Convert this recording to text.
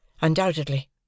Undoubtedly